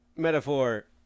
Metaphor